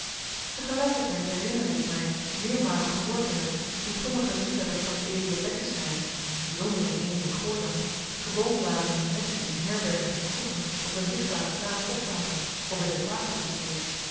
tijd herinnerde ik mij meermalen gehoord te hebben hoe sommige liefhebbers van het edele bekkesnijden bijzonder in eem en gooiland gewoon waren hun messen in herbergen en kroegen op een zichtbare plaats op te hangen of in de tafel te steken